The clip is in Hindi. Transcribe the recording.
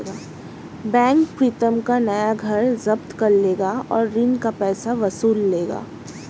बैंक प्रीतम का नया घर जब्त कर लेगा और ऋण का पैसा वसूल लेगा